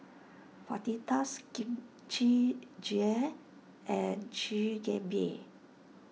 Fajitas Kimchi Jjigae and Chigenabe